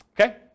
Okay